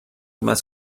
más